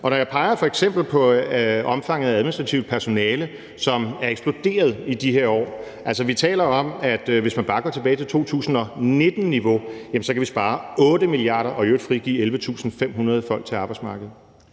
jeg f.eks. peger på omfanget af administrativt personale, er det, fordi det i omfang er eksploderet i de her år. Altså, vi taler om, at hvis man bare går tilbage til 2019-niveau, kan vi spare 8 mia. kr. og i øvrigt frigive 11.500 folk til arbejdsmarkedet.